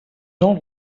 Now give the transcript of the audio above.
not